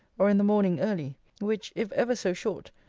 or in the morning early which, if ever so short,